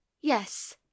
Yes